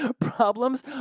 Problems